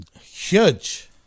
Huge